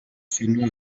sembla